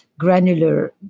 granular